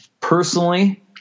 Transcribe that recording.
Personally